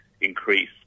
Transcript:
increase